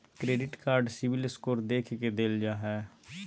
credit card CIBIL score देख के देल जा हइ